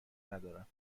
ندارم